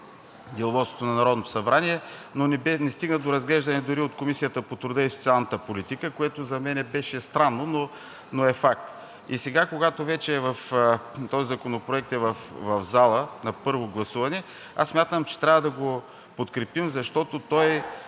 Деловодството на Народното събрание, но не стигна до разглеждане дори от Комисията по труда и социалната политика, което за мен беше странно, но е факт. Сега, когато този законопроект вече е в залата на първо гласуване, аз смятам, че трябва да го подкрепим, защото той